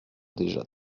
déjà